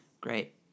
Great